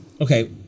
Okay